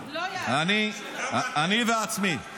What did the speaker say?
אני מבקש מכולם לדבר בכבוד.